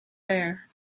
bear